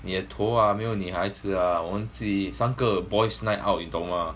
你的头 lah 没有女孩子 lah 我们自己三个 boys night out 你懂 mah